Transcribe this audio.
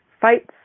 Fights